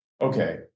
okay